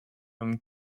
than